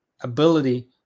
ability